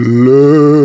love